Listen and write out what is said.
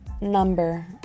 number